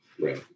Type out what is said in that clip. right